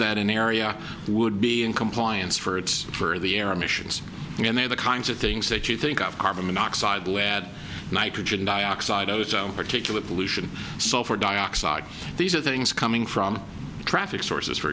that an area would be in compliance for its for the air missions and they're the kinds of things that you think of carbon monoxide where nitrogen dioxide ozone particulate pollution sulfur dioxide these are things coming from traffic sources for